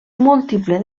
múltiple